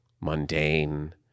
mundane